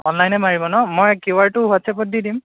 অনলাইনে মাৰিব ন মই কিউ আৰটো হোৱাটচাপত দি দিম